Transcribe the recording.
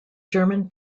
german